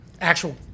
Actual